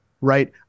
right